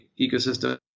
ecosystem